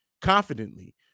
Confidently